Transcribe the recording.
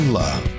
love